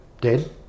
dead